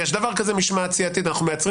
יש דבר כזה משמעת סיעתית אנחנו מייצרים